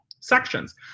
sections